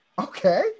Okay